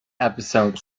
episode